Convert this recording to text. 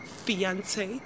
fiance